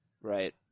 Right